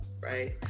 right